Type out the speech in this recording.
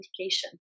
indication